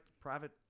private